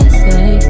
say